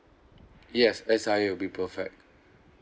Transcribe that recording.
yes S_I_A will be perfect